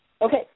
Okay